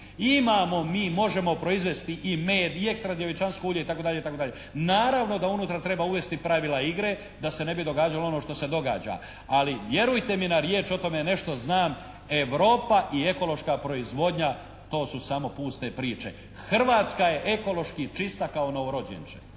Imamo mi, možemo proizvesti i med i extra djevičanstvo ulje itd. Naravno da unutra treba uvesti pravila igre da se ne bi događalo ono što se događa, ali vjerujte mi na riječ o tome nešto znam, Europa i ekološka proizvodnja to su samo puste priče. Hrvatska je ekološki čista kao novorođenče.